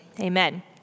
Amen